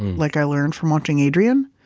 like i learned from watching adrian.